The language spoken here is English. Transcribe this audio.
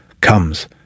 comes